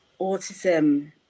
autism